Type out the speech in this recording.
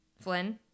Flynn